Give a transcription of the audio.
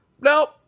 Nope